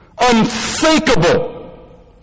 Unthinkable